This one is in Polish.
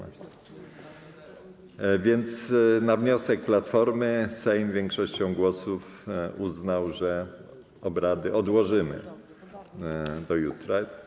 A więc na wniosek Platformy Sejm większością głosów uznał, że obrady odłożymy do jutra.